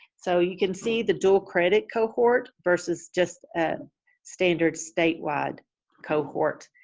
so you can see the dual credit cohort versus just a standard statewide cohort,